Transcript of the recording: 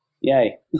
yay